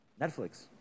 Netflix